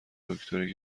دکتری